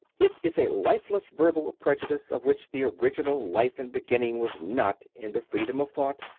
it is a lifeless verbal prejudice of which the original life and beginning was not in the freedom of thought,